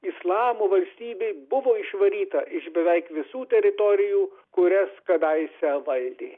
islamo valstybė buvo išvaryta iš beveik visų teritorijų kurias kadaise valdė